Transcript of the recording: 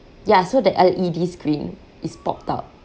ya so the L_E_D screen is popped out